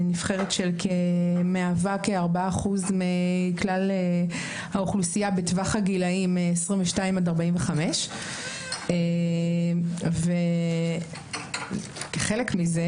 נבחרת שמהווה כ-4% מכלל האוכלוסייה בטווח הגילאים 22 עד 45. כחלק מזה,